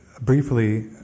briefly